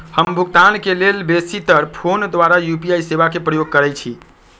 हम भुगतान के लेल बेशी तर् फोन द्वारा यू.पी.आई सेवा के प्रयोग करैछि